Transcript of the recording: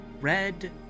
red